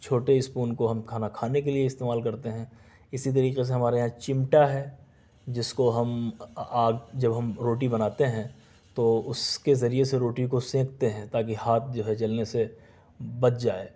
چھوٹے اسپون کو ہم کھانا کھانے کے لئے استعمال کرتے ہیں اسی طریقے سے ہمارے یہاں چمٹا ہے جس کو ہم آگ جب ہم روٹی بناتے ہیں تو اس کے ذریعے سے روٹی کو سینکتے ہیں تاکہ ہاتھ جو ہے جلنے سے بچ جائے